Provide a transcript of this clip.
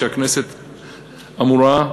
כשהכנסת אמורה,